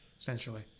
essentially